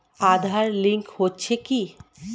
Aadhaar link হচ্ছে কি?